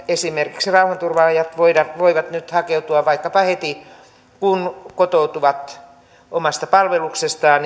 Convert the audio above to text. esimerkiksi rauhanturvaajat voivat nyt hakeutua vaikkapa heti kun kotoutuvat omasta palveluksestaan